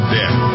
death